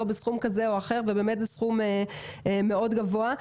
בסכום כזה ואחר ובאמת זה סכום מאוד גבוה.